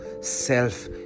self